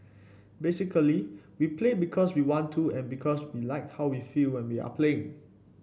basically we play because we want to and because we like how we feel when we are playing